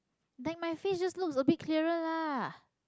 like my face just looks a bit clearer lah